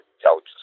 Intelligence